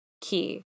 key